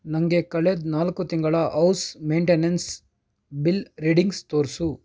ನನಗೆ ಕಳೆದ ನಾಲ್ಕು ತಿಂಗಳ ಔಸ್ ಮೇಂಟೆನೆನ್ಸ್ ಬಿಲ್ ರೀಡಿಂಗ್ಸ್ ತೋರಿಸು